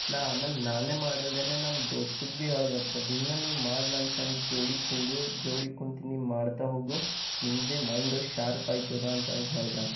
ನಾ ಆಮೇಲೆ ನಾನೇ ಮಾಡಲ್ದೆನೆ ನನ್ನ ದೋಸ್ತಗ್ ಬಿ ಹೇಳಿದೆಪಾ ದಿನ ನೀ ಮಾಡು ನನ್ನ ಸಂಗ್ಟ ಜೋಡಿ ಕೂಡು ಜೋಡಿ ಕುಂತು ನೀ ಮಾಡ್ತ ಹೋಗು ನಿನಗ್ ಬಿ ಮೈಂಡು ಶಾರ್ಪಾಯ್ತದ ಅಂತ ಹೇಳ್ದೆ